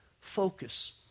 focus